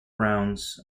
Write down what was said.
rounds